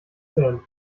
denn